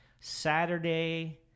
Saturday